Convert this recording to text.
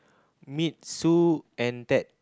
meet Sue and Ted